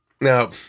Now